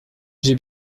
j’ai